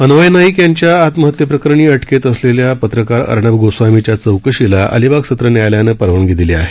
अन्वय नाईक यांच्या आत्महत्येप्रकरणी अटकेत असलेल्या पत्रकार अर्णब गोस्वामीच्या चौकशीला अलिबाग सत्र न्यायालयानं परवानगी दिली आहे